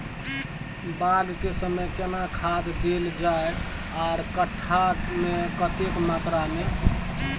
बाग के समय केना खाद देल जाय आर कट्ठा मे कतेक मात्रा मे?